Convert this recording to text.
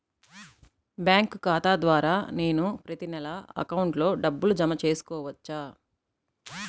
Bank ఖాతా ద్వారా నేను ప్రతి నెల అకౌంట్లో డబ్బులు జమ చేసుకోవచ్చా?